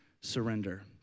surrender